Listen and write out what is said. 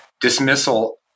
dismissal